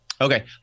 okay